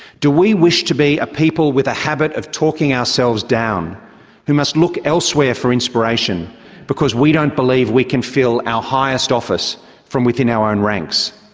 do we wish to be a people with a habit of talking ourselves down who must look elsewhere for inspiration because we don't believe we can fill our highest office from within our own ranks?